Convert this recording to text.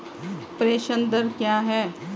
प्रेषण दर क्या है?